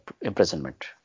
imprisonment